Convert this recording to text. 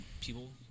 people